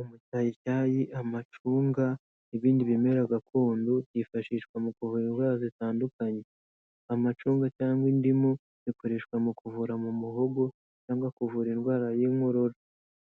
umucyayicyayi, amacunga, ibindi bimera gakondo byifashishwa mu kuvura indwara zitandukanye. Amacunga cyangwa indimu bikoreshwa mu kuvura mu muhogo cyangwa kuvura indwara y'inkorora,